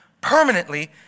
permanently